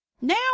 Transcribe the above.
now